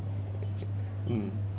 mm